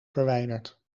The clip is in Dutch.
verwijderd